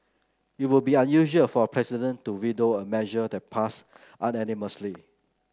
it would be unusual for a president to veto a measure that passed unanimously